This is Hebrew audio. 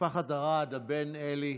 משפחת ארד, הבן עלי,